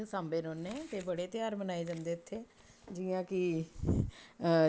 असीं साम्बे रोह्ने ते बड़े त्यार मनाये जन्दे इत्थे जि'यां कि